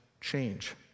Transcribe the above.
change